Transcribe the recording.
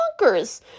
bonkers